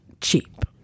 cheap